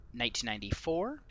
1994